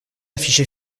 affiché